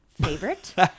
favorite